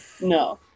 No